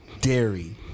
dairy